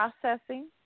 processing